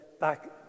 back